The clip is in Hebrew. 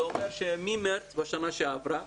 זה אומר שממרץ בשנה שעברה